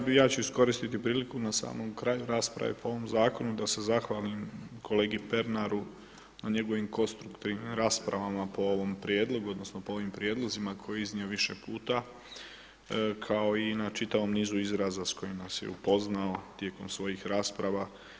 Pa evo ja ću iskoristiti priliku na samom kraju rasprave po ovom zakonu da se zahvalim kolegi Pernaru na njegovim konstruktivnim raspravama po ovom prijedlogu, odnosno po ovim prijedlozima koje je iznio više puta kao i na čitavom nizu izraza s kojima se upoznao tijekom svojih rasprava.